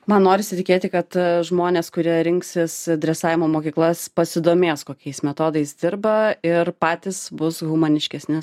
man norisi tikėti kad žmonės kurie rinksis dresavimo mokyklas pasidomės kokiais metodais dirba ir patys bus humaniškesni